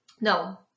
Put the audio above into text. No